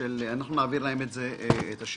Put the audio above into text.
התפעולית נעביר לכם בכתב.